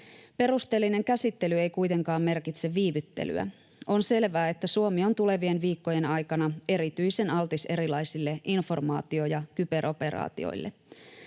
Perusteellinen käsittely ei kuitenkaan merkitse viivyttelyä. On selvää, että Suomi on tulevien viikkojen aikana erityisen altis erilaisille informaatio- ja kyberoperaatioille.